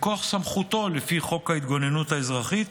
מכוח סמכותו לפי חוק ההתגוננות האזרחית